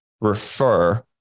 refer